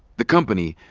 the company,